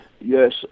Yes